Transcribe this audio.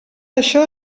això